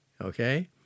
Okay